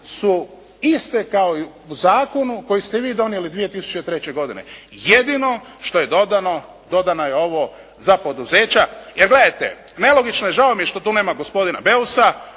su iste kao i u zakonu koji ste vi donijeli 2003. godine. Jedino što je dodano dodano je ovo za poduzeća. Jer gledajte nelogično je, žao mi je što tu nema gospodina Beusa,